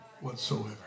whatsoever